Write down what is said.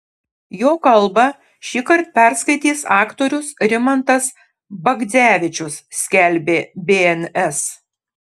jo kalbą šįkart perskaitys aktorius rimantas bagdzevičius skelbė bns